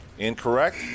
Incorrect